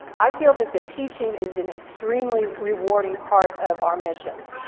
i feel that the teaching is an extremely rewarding part of our missions.